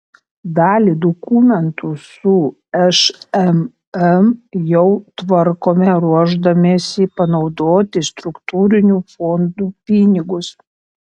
dalį dokumentų su šmm jau tvarkome ruošdamiesi panaudoti struktūrinių fondų pinigus